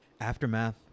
Aftermath